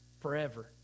Forever